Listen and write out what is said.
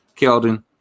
Keldon